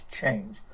change